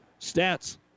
stats